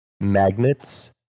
magnets